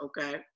okay